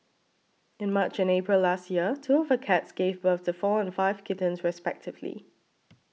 in March and April last year two of her cats gave birth to four and five kittens respectively